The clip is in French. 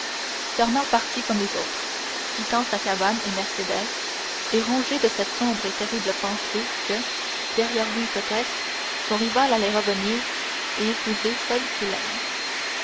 fernand partit comme les autres quittant sa cabane et mercédès et rongé de cette sombre et terrible pensée que derrière lui peut-être son rival allait revenir et épouser celle qu'il aimait